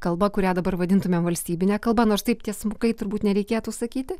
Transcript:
kalbą kurią dabar vadintumėm valstybine kalba nors taip tiesmukai turbūt nereikėtų sakyti